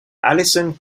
alison